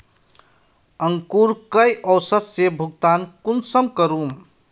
अंकूर कई औसत से भुगतान कुंसम करूम?